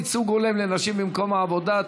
ייצוג הולם לנשים במקום העבודה),